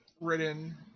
written